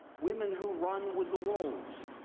women who run with the wolves.